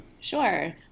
Sure